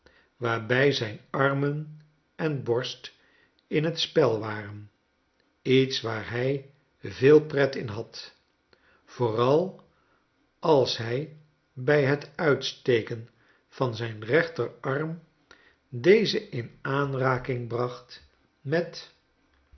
waarbij zijn armen en borst in t spel waren iets waar hij veel pret in had vooral als hij bij het uitsteken van zijn rech terarm deze in aanraking bracht met